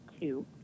two